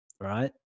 right